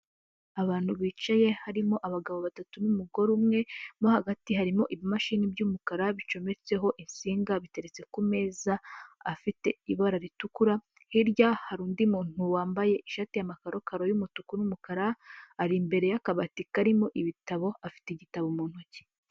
Abantu bicaye harimo abagabo batatu n'umugore umwe, mo hagati harimo ibimashini by'umukara bicometseho insinga, biteretse ku meza afite ibara ritukura, hirya hari undi muntu wambaye ishati ya karokaro y'umutuku n'umukara, ari imbere y'akabati karimo ibitabo afite igitabo mu ntoki.